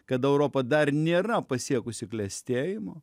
kada europa dar nėra pasiekusi klestėjimo